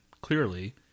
clearly